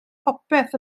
popeth